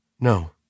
no